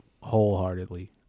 wholeheartedly